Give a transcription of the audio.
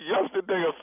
yesterday